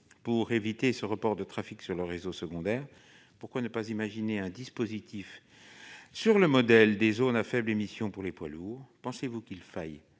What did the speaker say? pour éviter ce report de trafic sur le réseau secondaire ? Pourquoi ne pas imaginer un dispositif sur le modèle des zones à faibles émissions pour les poids lourds ? Pensez-vous qu'il faille